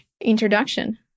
introduction